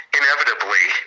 inevitably